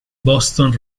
boston